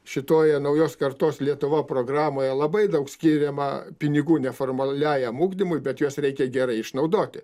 šitoje naujos kartos lietuva programoje labai daug skiriama pinigų neformaliajam ugdymui bet juos reikia gerai išnaudoti